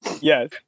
Yes